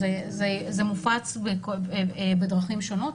זה מופץ בדרכים שונות,